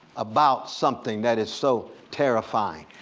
about something that is so terrifying.